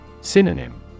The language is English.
Synonym